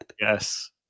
Yes